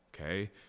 Okay